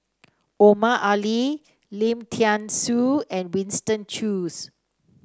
Omar Ali Lim Thean Soo and Winston Choos